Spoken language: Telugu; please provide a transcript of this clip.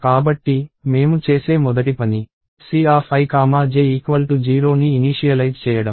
కాబట్టి మేము చేసే మొదటి పని Cij0 ని ఇనీషియలైజ్ చేయడం